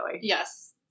Yes